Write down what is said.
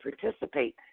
participate